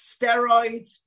steroids